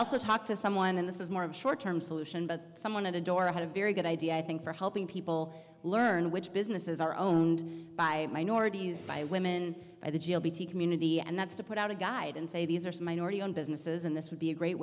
also talk to someone and this is more of a short term solution but someone at the door had a very good idea i think for helping people learn which businesses are owned by minorities by women by the g o p community and that's to put out a guide and say these are some minority owned businesses and this would be a great